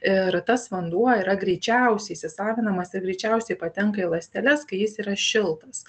ir tas vanduo yra greičiausiai įsisavinamas ir greičiausiai patenka į ląsteles kai jis yra šiltas